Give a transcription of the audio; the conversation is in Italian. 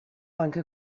anche